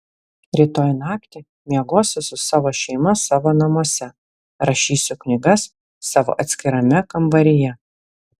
rytoj naktį miegosiu su savo šeima savo namuose rašysiu knygas savo atskirame kambaryje